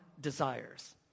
desires